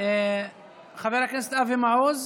חבר הכנסת אבי מעוז,